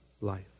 life